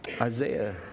Isaiah